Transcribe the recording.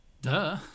Duh